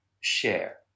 share